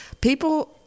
People